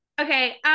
Okay